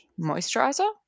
moisturizer